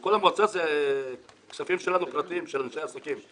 כל המועצה זה כספים שלנו פרטיים, של אנשי עסקים,